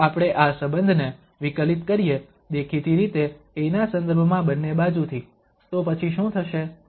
જો આપણે આ સંબંધને વિકલીત કરીએ દેખીતી રીતે a ના સંદર્ભમાં બંને બાજુથી તો પછી શું થશે